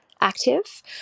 active